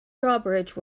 drawbridge